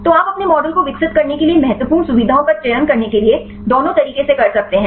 तो आप अपने मॉडल को विकसित करने के लिए महत्वपूर्ण सुविधाओं का चयन करने के लिए दोनों तरीके से कर सकते हैं